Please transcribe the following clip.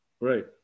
Right